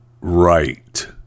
right